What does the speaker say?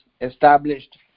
established